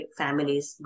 families